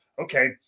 okay